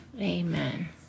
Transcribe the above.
Amen